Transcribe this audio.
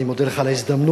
אני מודה לך על ההזדמנות